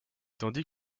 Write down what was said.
tandis